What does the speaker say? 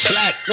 Black